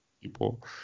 people